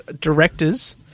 Directors